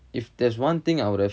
if there's one thing I would have